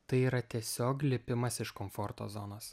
tai yra tiesiog lipimas iš komforto zonos